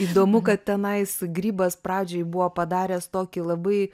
įdomu kad tenais grybas pradžioj buvo padaręs tokį labai